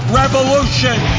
revolution